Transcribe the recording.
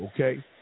okay